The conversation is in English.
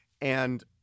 And-